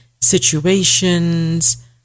situations